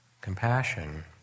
compassion